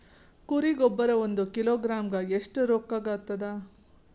ಕುರಿ ಗೊಬ್ಬರ ಒಂದು ಕಿಲೋಗ್ರಾಂ ಗ ಎಷ್ಟ ರೂಕ್ಕಾಗ್ತದ?